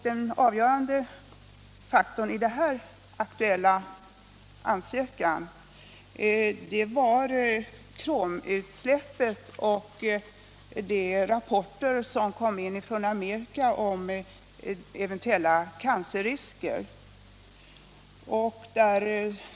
Den avgörande faktorn i denna ansökan var kromutsläppet och de rapporter som kom in från USA om eventuella cancerrisker.